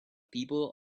people